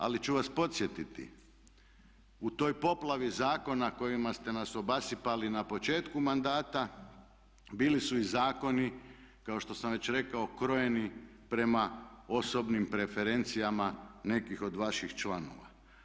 Ali ću vas podsjetiti u toj poplavi zakona kojima ste nas obasipali na početku mandata bili su i zakoni kao što sam već rekao krojeni prema osobnim preferencijama nekih od vaših članova.